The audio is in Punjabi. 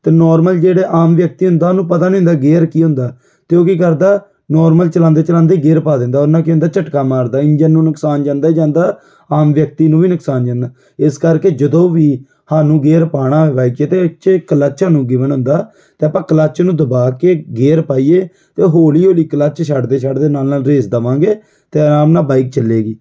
ਅਤੇ ਨੋਰਮਲ ਜਿਹੜਾ ਆਮ ਵਿਅਕਤੀ ਹੁੰਦਾ ਉਹਨੂੰ ਪਤਾ ਨਹੀਂ ਹੁੰਦਾ ਗੇਅਰ ਕੀ ਹੁੰਦਾ ਤਾਂ ਉਹ ਕੀ ਕਰਦਾ ਨੋਰਮਲ ਚਲਾਉਂਦੇ ਚਲਾਉਂਦੇ ਗੇਅਰ ਪਾ ਦਿੰਦਾ ਉਹਦੇ ਨਾਲ ਕੀ ਹੁੰਦਾ ਝਟਕਾ ਮਾਰਦਾ ਇੰਜਣ ਨੂੰ ਨੁਕਸਾਨ ਜਾਂਦਾ ਜਾਂਦਾ ਆਮ ਵਿਅਕਤੀ ਨੂੰ ਵੀ ਨੁਕਸਾਨ ਜਾਂਦਾ ਇਸ ਕਰਕੇ ਜਦੋਂ ਵੀ ਸਾਨੂੰ ਗੇਅਰ ਪਾਉਣਾ ਬਾਈਕ 'ਚ ਤਾਂ ਇਹ 'ਚ ਕਲੱਚ ਨੂੰ ਗਿਵਨ ਹੁੰਦਾ ਤਾਂ ਆਪਾਂ ਕਲੱਚ ਨੂੰ ਦਬਾ ਕੇ ਗੇਅਰ ਪਾਈਏ ਤਾਂ ਹੌਲੀ ਹੌਲੀ ਕਲੱਚ ਛੱਡਦੇ ਛੱਡਦੇ ਨਾਲ ਨਾਲ ਰੇਸ ਦੇਵਾਂਗੇ ਅਤੇ ਅਰਾਮ ਨਾਲ ਬਾਈਕ ਚੱਲੇਗੀ